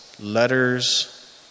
letters